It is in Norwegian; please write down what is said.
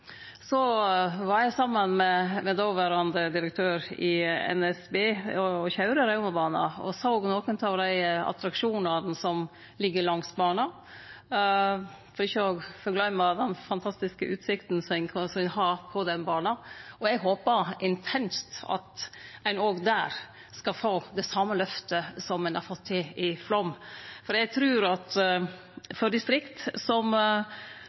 NSB og køyrde Raumabana og såg nokre av dei attraksjonane som ligg langs bana. Eg fekk òg fuglar i magen over den fantastiske utsikta ein har på den bana. Eg håper intenst at ein òg der skal få det same lyftet som ein har fått til i Flåm. For eg trur at for distrikt som